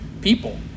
people